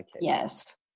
yes